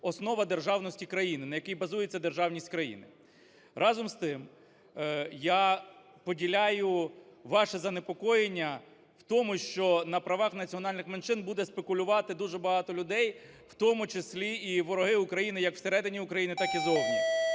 основа державності країни, на якій базується державність країни. Разом з тим, я поділяю ваше занепокоєння в тому, що на правах національних меншин буде спекулювати дуже багато людей, в тому числі і вороги України як всередині України, так і зовні.